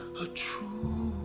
a true